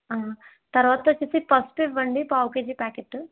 తర్వాత వచ్చేసి పసుపు ఇవ్వండి పావు కేజీ ప్యాకెట్టు